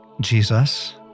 Jesus